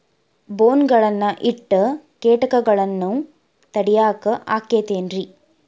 ಬೋನ್ ಗಳನ್ನ ಇಟ್ಟ ಕೇಟಗಳನ್ನು ತಡಿಯಾಕ್ ಆಕ್ಕೇತೇನ್ರಿ?